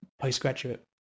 postgraduate